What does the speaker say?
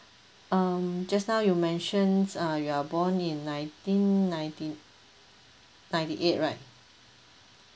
um just now you mentioned uh you're born in nineteen ninety ninety eight right